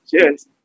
Cheers